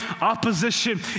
opposition